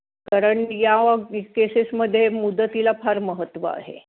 कारण या केसेसमध्ये मुदतीला फार महत्त्व आहे